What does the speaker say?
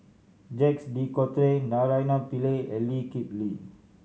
Jacques De Coutre Naraina Pillai and Lee Kip Lee